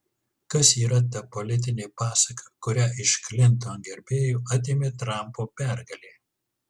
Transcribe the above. kas yra ta politinė pasaka kurią iš klinton gerbėjų atėmė trampo pergalė